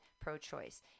pro-choice